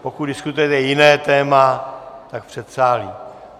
Pokud diskutujete jiné téma, tak v předsálí.